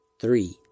three